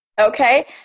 Okay